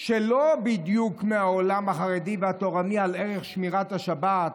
שהם לא בדיוק מהעולם החרדי והתורני על ערך שמירת השבת,